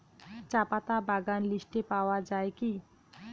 চাপাতা বাগান লিস্টে পাওয়া যায় কি?